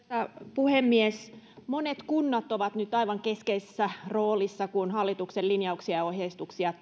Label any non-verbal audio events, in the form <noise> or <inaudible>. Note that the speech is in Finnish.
puhemies monet kunnat ovat nyt aivan keskeisessä roolissa kun hallituksen linjauksia ja ohjeistuksia <unintelligible>